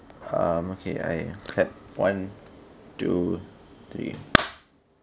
um okay I clap one two three